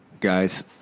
Guys